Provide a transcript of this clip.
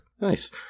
Nice